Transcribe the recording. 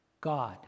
God